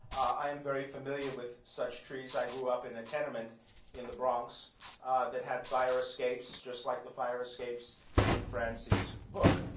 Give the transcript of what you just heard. i am very familiar with such trees. i grew up in a tenement in the bronx that had fire escapes just like the fire escapes in francie's book.